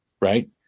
right